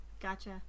gotcha